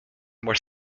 more